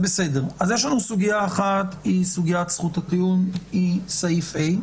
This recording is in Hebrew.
סוגיה אחת היא סוגיית זכות הטיעון, בסעיף (ה).